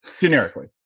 generically